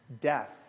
death